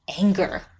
anger